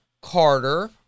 Carter